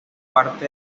parte